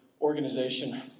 organization